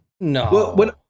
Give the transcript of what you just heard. No